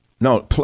No